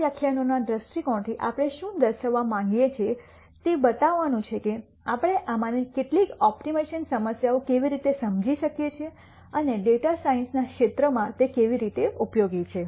આ વ્યાખ્યાનોના દ્રષ્ટિકોણથી આપણે શું દર્શાવવા માંગીએ છીએ તે બતાવવાનું છે કે આપણે આમાંની કેટલીક ઓપ્ટિમાઇઝેશન સમસ્યાઓ કેવી રીતે સમજી શકીએ છીએ અને ડેટા સાયન્સના ક્ષેત્રમાં તે કેવી રીતે ઉપયોગી છે